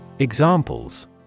Examples